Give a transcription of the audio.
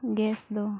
gas